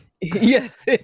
yes